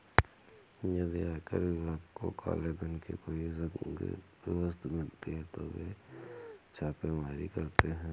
यदि आयकर विभाग को काले धन की कोई संदिग्ध वस्तु मिलती है तो वे छापेमारी करते हैं